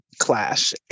clash